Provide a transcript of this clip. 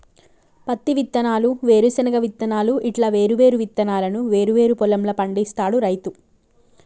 పత్తి విత్తనాలు, వేరుశన విత్తనాలు ఇట్లా వేరు వేరు విత్తనాలను వేరు వేరు పొలం ల పండిస్తాడు రైతు